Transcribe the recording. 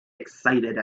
excited